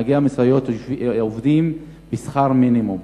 נהגי המשאיות עובדים בשכר מינימום.